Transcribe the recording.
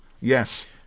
Yes